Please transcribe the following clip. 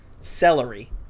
celery